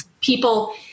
people